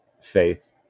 faith